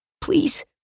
please